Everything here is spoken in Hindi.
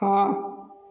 हाँ